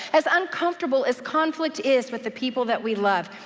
as uncomfortable as conflict is with the people that we love,